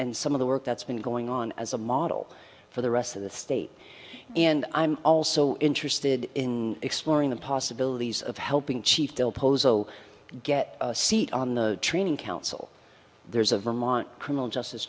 and some of the work that's been going on as a model for the rest of the state and i'm also interested in exploring the possibilities of helping chief bill pozo get a seat on the training council there's a vermont criminal justice